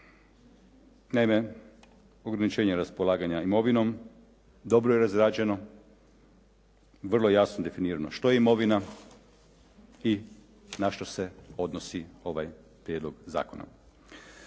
Naime, ograničenje raspolaganja imovinom dobro je razrađeno, vrlo je jasno definirano što je imovina i na što se odnosi ovaj prijedlog zakona.